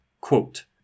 Quote